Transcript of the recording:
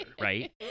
right